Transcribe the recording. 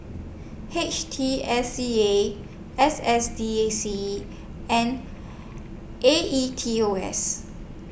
H T S C A S S D A C and A E T O S